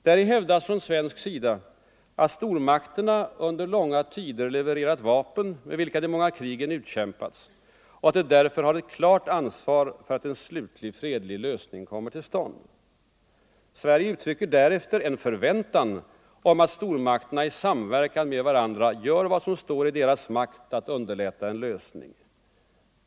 Däri hävdas från svensk sida att stormakterna under långa tider kämpat om inflytande i Mellersta Östern och levererat de vapen med vilka de många krigen utkämpats och att de därför har ett klart ansvar för att en slutlig fredlig lösning kommer till stånd. Sverige uttrycker därefter en förväntan om att stormakterna i samverkan med varandra gör vad Nr 127 som står i deras makt för att underlätta en lösning.